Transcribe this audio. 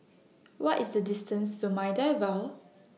What IS The distance to Maida Vale